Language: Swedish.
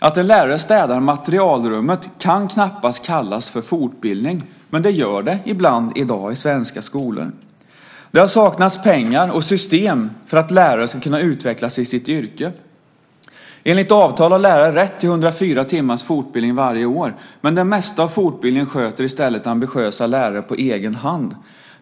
Att en lärare städar materialrummet kan knappast kallas för fortbildning, men det gör det ibland i dag i svenska skolor. Det har saknats pengar och system för att lärare ska kunna utvecklas i sitt yrke. Enligt avtal har lärare rätt till 104 timmars fortbildning varje år, men det mesta av fortbildningen sköter i stället ambitiösa lärare på egen hand.